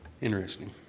Interesting